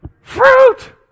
Fruit